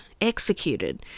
executed